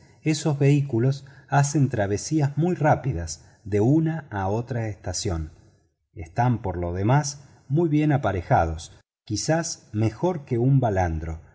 esos vehículos hacen travesías muy rápidas de una a otra estación están por lo demás muy bien aparejados quizá mejor que un balandro